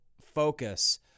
focus